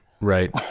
Right